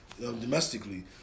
domestically